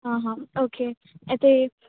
okay అయితే